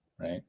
right